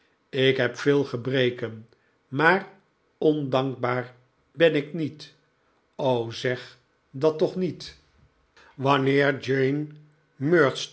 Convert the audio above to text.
ik heb veel gebreken maar ondankbaar ben ik niet o zeg dat toch niet wanneer jane